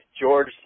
George